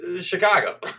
Chicago